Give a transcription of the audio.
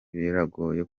biragoye